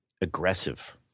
aggressive